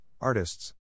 artists